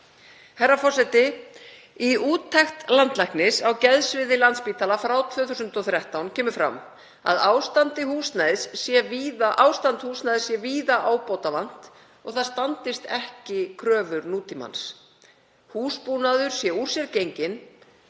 Herra forseti. Í úttekt landlæknis á geðsviði Landspítala frá 2013 kemur fram að ástandi húsnæðis sé víða ábótavant og það standist ekki kröfur nútímans. Húsbúnaður sé úr sér genginn,